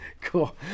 cool